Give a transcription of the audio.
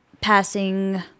passing